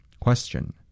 Question